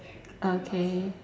okay